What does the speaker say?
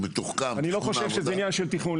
מתוחכם -- אני לא חושב שזה עניין של תכנון.